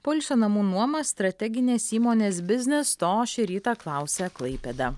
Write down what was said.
poilsio namų nuoma strateginės įmonės biznis to šį rytą klausia klaipėda